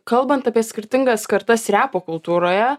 kalbant apie skirtingas kartas repo kultūroje